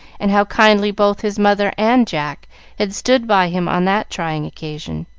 and how kindly both his mother and jack had stood by him on that trying occasion.